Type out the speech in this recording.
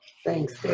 thanks,